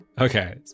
Okay